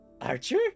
Archer